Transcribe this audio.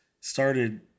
started